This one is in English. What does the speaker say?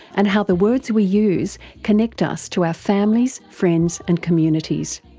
and how the words we use connect us to our families, friends and communities.